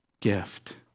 gift